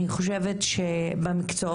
אני חושבת שאנחנו,